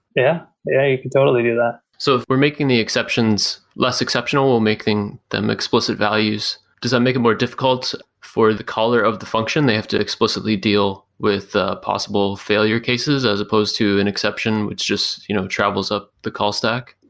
yeah, you can totally do that. so if we're making the exceptions less exceptional, we're making them explicit values. does that make it more difficult for the caller of the function? they have to explicitly deal with the possible failure cases as supposed to an exception which just you know travels up the call stack?